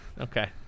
Okay